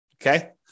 Okay